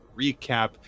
recap